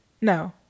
No